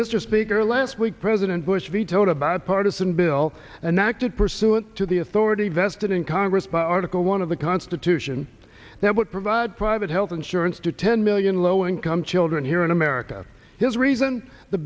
bigger last week president bush vetoed a bad partisan bill and acted pursuant to the authority vested in congress by article one of the constitution that would provide private health insurance to ten million low income children here in america his reason the